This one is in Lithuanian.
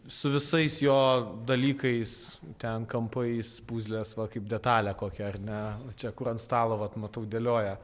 su visais jo dalykais ten kampais puzlės va kaip detalę kokia ar ne čia kur ant stalo vat matau dėlioja